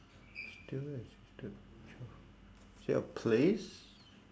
still existed childhood is it a place